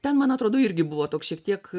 ten man atrodo irgi buvo toks šiek tiek